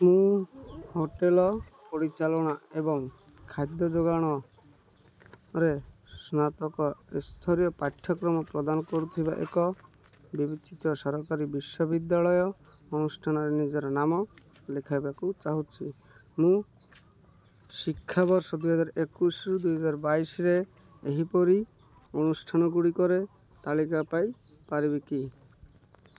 ମୁଁ ହୋଟେଲ୍ ପରିଚାଳନା ଏବଂ ଖାଦ୍ୟ ଯୋଗାଣରେ ସ୍ନାତକ ସ୍ତରୀୟ ପାଠ୍ୟକ୍ରମ ପ୍ରଦାନ କରୁଥିବା ଏକ ବିବେଚିତ ସରକାରୀ ବିଶ୍ୱବିଦ୍ୟାଳୟ ଅନୁଷ୍ଠାନରେ ନିଜର ନାମ ଲେଖାଇବାକୁ ଚାହୁଁଛି ମୁଁ ଶିକ୍ଷାବର୍ଷ ଦୁଇହଜାର ଏକୋଇଶ ଦୁଇହଜାର ବାଇଶରେ ଏହିପରି ଅନୁଷ୍ଠାନ ଗୁଡ଼ିକର ତାଲିକା ପାଇପାରିବି କି